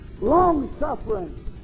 long-suffering